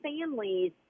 families